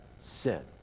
sin